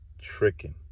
tricking